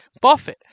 Buffett